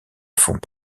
font